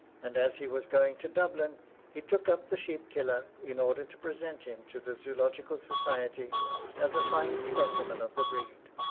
and as he was going to dublin he took up the sheep-killer, in order to present him to the zoological society as a fine specimen of the breed.